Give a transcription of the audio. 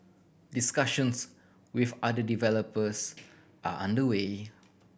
discussions with other developers are under way